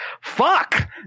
fuck